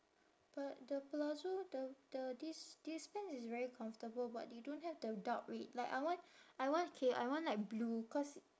but the palazzo the the this this pants is very comfortable but they don't have the dark red like I want I want K I want like blue cause